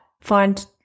find